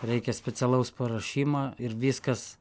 reikia specialaus paruošima ir viskas